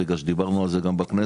כי דיברנו על זה גם בכנסת.